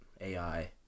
ai